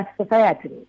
society